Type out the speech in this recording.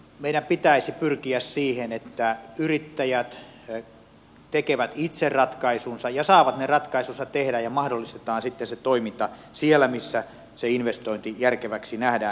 meidän pitäisi pyrkiä siihen että yrittäjät tekevät itse ratkaisunsa ja saavat ne ratkaisunsa tehdä ja mahdollistetaan sitten se toiminta siellä missä se investointi järkeväksi nähdään